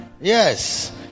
Yes